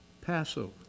Passover